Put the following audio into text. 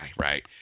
right